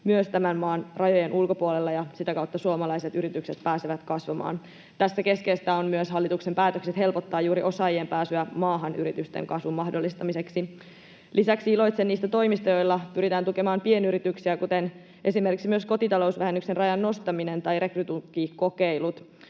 myös tämän maan rajojen ulkopuolelta ja sitä kautta suomalaiset yritykset pääsevät kasvamaan. Tässä keskeisiä ovat myös hallituksen päätökset helpottaa juuri osaajien pääsyä maahan yritysten kasvun mahdollistamiseksi. Lisäksi iloitsen niistä toimista, joilla pyritään tukemaan pienyrityksiä, kuten esimerkiksi kotitalousvähennyksen rajan nostamisesta tai rekrytukikokeiluista.